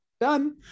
done